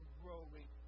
growing